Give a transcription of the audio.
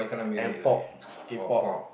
M-pop K-pop